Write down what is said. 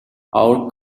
our